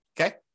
okay